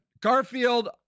Garfield